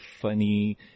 funny